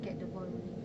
get the ball rolling